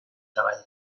treball